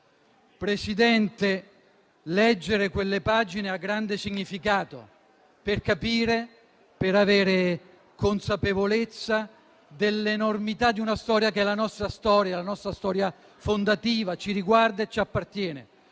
Presidente. Leggere quelle pagine ha grande significato, per capire ed avere consapevolezza dell'enormità di una storia che è la nostra storia fondativa, che ci riguarda e ci appartiene.